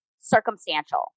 circumstantial